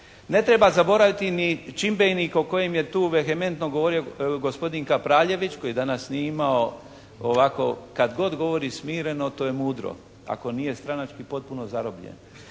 Ne treba zaboraviti ni čimbenik o kojem je tu vehementno govorio gospodin Kapraljević koji danas nije imao ovako kad govori smireno, to je mudro. Ako nije stranački potpuno zarobljen.